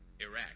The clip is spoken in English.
Iraq